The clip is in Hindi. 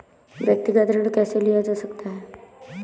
व्यक्तिगत ऋण कैसे लिया जा सकता है?